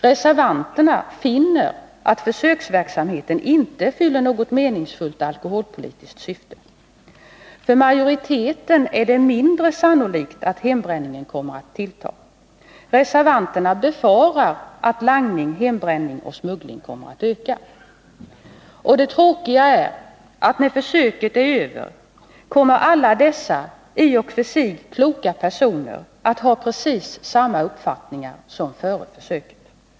Reservanterna finner att försöksverksamheten inte fyller något meningsfullt alkoholpolitiskt syfte. För majoriteten är det mindre sannolikt att hembränningen kommer att tillta. Reservanterna befarar att langning, hembränning och smuggling kommer att öka. Och det tråkiga är att alla dessa i och för sig kloka personer kommer efter försöket att ha precis samma uppfattningar som före försöket.